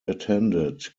attended